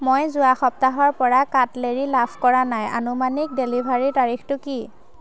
মই যোৱা সপ্তাহৰপৰা কাটলেৰী লাভ কৰা নাই আনুমানিক ডেলিভাৰীৰ তাৰিখটো কি